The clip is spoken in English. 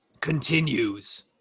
continues